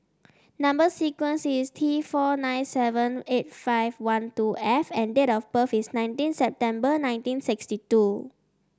number sequence is T four nine seven eight five one two F and date of birth is nineteen September nineteen sixty two